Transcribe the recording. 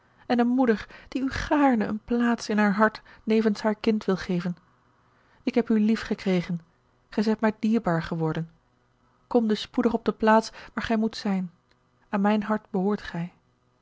en eene moeder die u gaarne eene plaats in haar hart nevens haar kind wil geven ik heb u lief gekregen gij zijt mij dierbaar geworden kom dus spoedig op de plaats waar gij moet zijn aan mijn hart behoort gij